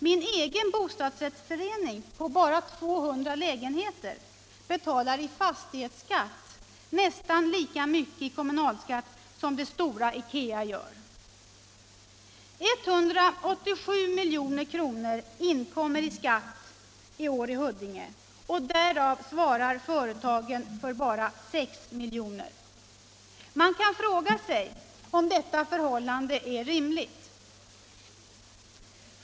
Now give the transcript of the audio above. Min egen bostadsrättsförening på bara 200 lägenheter betalar i fastighetsskatt nästan lika mycket till kommunen som det stora Ikea gör. 187 milj.kr. inkommer i år i skatt i Huddinge, och därav svarar företagen för bara 6 milj.kr. Man kan fråga sig om detta förhållande är rimligt.